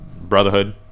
Brotherhood